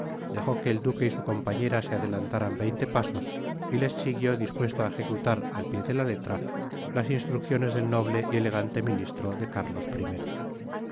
dejó que el duque y su compañera se adelantaran veinte pasos y les siguió dispuesto á ejecutar al pié de la letra las instrucciones del noble y elegante ministro de cárlos